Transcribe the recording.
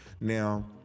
now